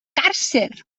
càrcer